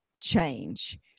change